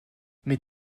mit